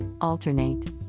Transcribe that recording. Alternate